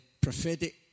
prophetic